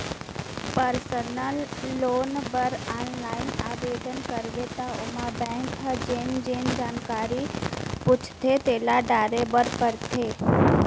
personal loan बर online आबेदन करबे त ओमा बेंक ह जेन जेन जानकारी पूछथे तेला डारे बर परथे